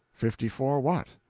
fifty-four what?